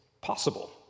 possible